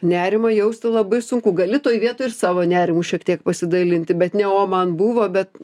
nerimą jausti labai sunku gali toj vietoj ir savo nerimu šiek tiek pasidalinti bet ne o man buvo bet